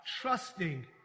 trusting